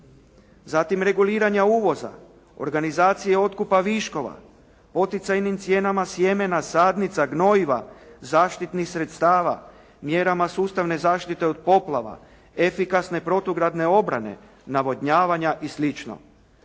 Zatim, reguliranja uvoza, organizacije otkupa viškova, poticajnim cijenama sjemena, sadnica, gnojiva, zaštitnih sredstava, mjerama sustavne zaštite od poplava, efikasne protugradne obrane, navodnjavanja i